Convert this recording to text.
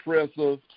impressive